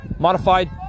Modified